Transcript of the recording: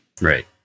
Right